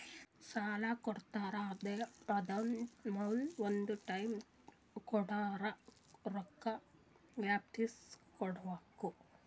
ಸಾಲಾ ಕೊಡ್ತಾರ್ ಅದು ಆದಮ್ಯಾಲ ಒಂದ್ ಟೈಮ್ ಕೊಡ್ತಾರ್ ರೊಕ್ಕಾ ವಾಪಿಸ್ ಕೊಡ್ಬೇಕ್